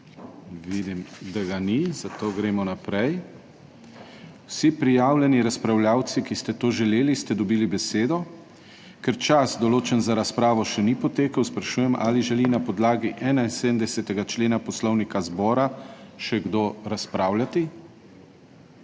Vidim, da ga ni, zato gremo naprej. Vsi prijavljeni razpravljavci, ki ste to želeli, ste dobili besedo. Ker čas določen za razpravo še ni potekel, sprašujem, ali želi na podlagi 71. člena Poslovnika zbora še kdo razpravljati?